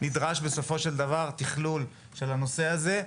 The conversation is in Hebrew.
נדרש בסופו של דבר תכלול של הנושא הזה,